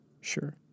Sure